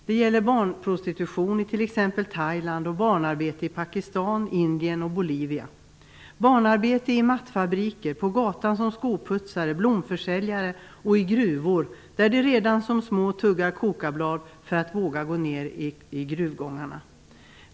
Det gäller barnprostitution i t.ex. Thailand och barnarbete i Pakistan, Indien och Bolivia. Det gäller barnarbete i mattfabriker, barns arbete på gatan som skoputsare eller som blomförsäljare och barns arbete i gruvor där barnen redan som små tuggar kokablad för att våga gå ner i gruvgångarna.